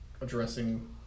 addressing